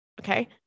Okay